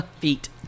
Feet